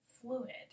fluid